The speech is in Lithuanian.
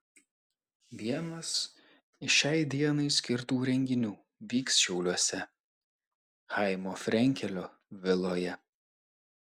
vienas iš šiai dienai skirtų renginių vyks šiauliuose chaimo frenkelio viloje